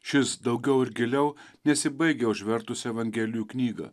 šis daugiau ir giliau nesibaigia užvertus evangelijų knygą